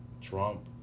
Trump